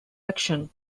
action